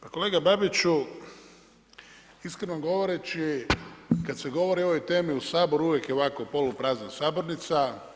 Pa kolega Babiću, iskreno govoreći kada se govori o ovoj temi u Saboru uvijek je ovako poluprazna sabornica.